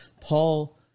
Paul